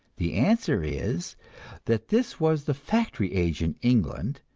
the answer is that this was the factory age in england,